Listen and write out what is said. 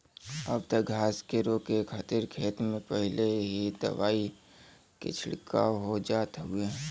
अब त घास के रोके खातिर खेत में पहिले ही दवाई के छिड़काव हो जात हउवे